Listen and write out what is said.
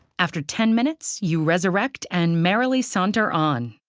after ten minutes, you resurrect and merrily saunter on.